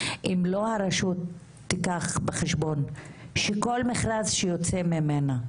אם לא הרשות תיקח בחשבון שכל מכרז שיוצא ממנה,